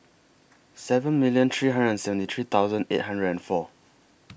seven million three hundred and seventy three eight hundred and four